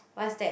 what's that